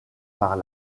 par